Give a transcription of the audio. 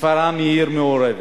שפרעם היא עיר מעורבת.